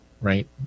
right